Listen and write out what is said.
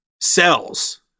cells